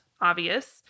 obvious